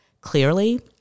clearly-